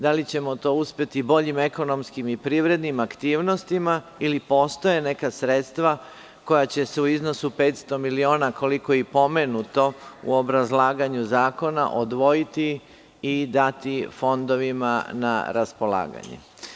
Da li ćemo to uspeti boljim ekonomskim i privrednim aktivnostima ili postoje neka sredstva koja će se u iznosu od 500 miliona, koliko je pomenuto u obrazlaganju zakona, odvojiti i dati fondovima na raspolaganje?